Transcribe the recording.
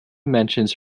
mentions